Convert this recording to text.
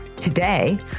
Today